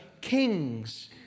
kings